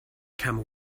camel